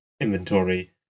inventory